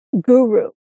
guru